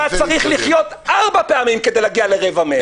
-- אתה צריך לחיות ארבע פעמים כדי להגיע לרבע מהם.